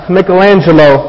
Michelangelo